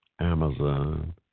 Amazon